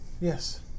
Yes